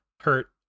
hurt